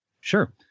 Sure